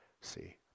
See